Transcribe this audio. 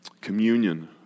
Communion